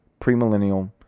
premillennial